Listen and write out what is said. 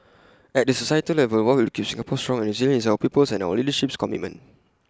at the societal level what will keep Singapore strong and resilient is our people's and our leadership's commitment